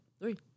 Three